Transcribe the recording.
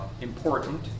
important